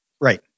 Right